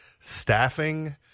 staffing